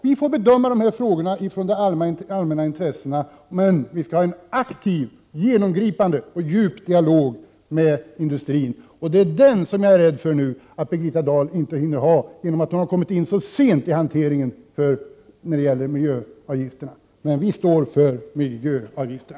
Vi får bedöma de här frågorna med hänsyn till de allmänna intressena, men vi skall ha en aktiv, genomgripande och djup dialog med industrin. Jag är rädd för att Birgitta Dahl nu inte hinner föra den dialogen, eftersom hon har kommit in så sent i diskussionen om miljöavgifterna. Men vi står för miljöavgifterna.